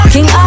King